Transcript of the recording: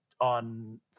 on